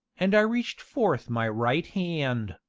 and i reached forth my right hand.